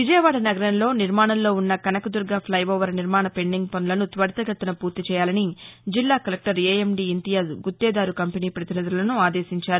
విజయవాడ నగరంలో నిర్మాణంలో వున్న కనకదుర్గా ప్లైఓవర్ నిర్మాణ పెండింగ్ పనులను త్వరితగతిన పూర్తి చేయాలని జిల్లా కలెక్టర్ ఏఎండీ ఇంతియాజ్ గుత్తేదారు కంపెనీ పతినిధులను ఆదేశించారు